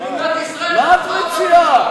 מה את מציעה?